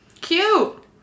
Cute